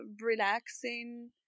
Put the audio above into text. relaxing